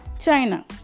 China